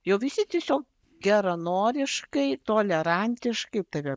jau visi tiesiog geranoriškai tolerantiškai tave